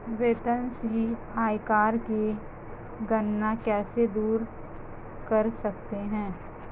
वेतन से आयकर की गणना कैसे दूर कर सकते है?